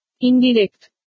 Indirect